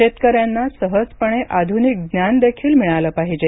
शेतकऱ्यांना सहजपणे आध्रनिक ज्ञानदेखील मिळालं पाहिजे